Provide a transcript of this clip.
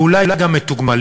ואולי גם מתוגמלים,